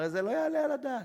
הרי זה לא יעלה על הדעת,